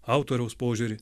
autoriaus požiūrį